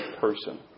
person